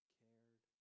cared